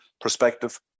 perspective